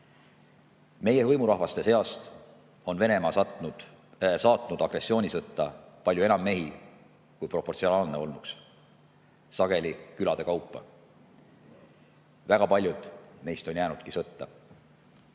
meie hõimurahvaste seast on Venemaa saatnud agressioonisõtta palju enam mehi, kui proportsionaalne olnuks, sageli külade kaupa. Väga paljud neist on jäänudki sõtta.